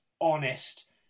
honest